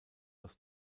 aus